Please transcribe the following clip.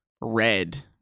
red